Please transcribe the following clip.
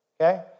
okay